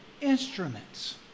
instruments